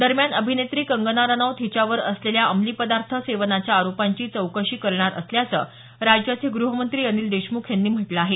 दरम्यान अभिनेत्री कंगना रानौत हिच्यावर असलेल्या अंमलीपदार्थ सेवनाच्या आरोपांची चौकशी करणार असल्याचं राज्याचे ग्रहमंत्री अनिल देशमुख यांनी म्हटलं आहे